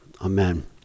amen